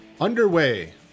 underway